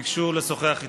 וביקשו לשוחח איתי.